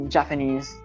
Japanese